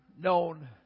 known